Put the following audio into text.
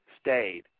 stayed